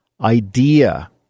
idea